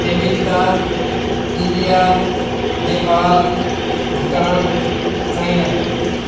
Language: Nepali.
America India Nepal Bhutan China